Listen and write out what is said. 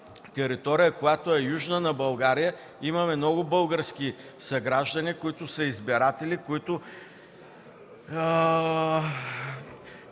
територия, която е южна на България, имаме много български съграждани, които са избиратели и